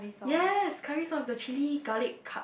yes curry sauce the chili garlic car